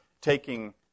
taking